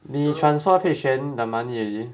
你 transfer pei xuan the money already